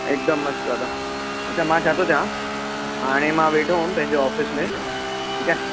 हिकदमि मस्तु दादा अछा मां छा थो चवां हाणे मां वेठो हुयुमि पंहिंजे ऑफिस में ठीकु आहे